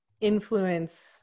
influence